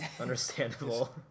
Understandable